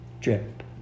drip